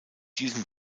diesem